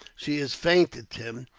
she has fainted, tim,